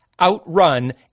outrun